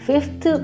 Fifth